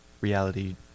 reality